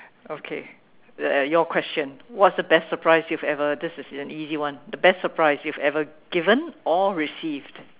okay that your question what's the best surprise you've ever this is an easy one the best surprise you've ever given or received